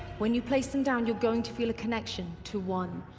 when you place them down you're going to feel a connection to one